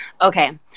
Okay